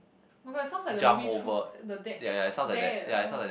[oh]-my-god it sounds like the movie Truth the Dare eh Dare ah what